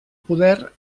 poder